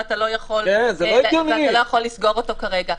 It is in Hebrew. ואתה לא יכול לסגור אותו כרגע.